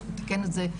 צריך לתקן את זה,